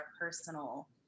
personal